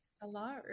Hello